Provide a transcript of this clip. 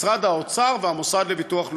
משרד האוצר והמוסד לביטוח לאומי,